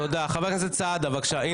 חבר הכנסת סעדה, בבקשה.